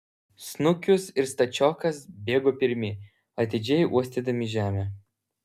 snukius ir stačiokas bėgo pirmi atidžiai uostydami žemę